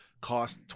cost